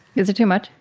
is it too much?